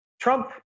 Trump